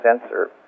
sensor